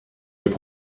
võib